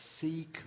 seek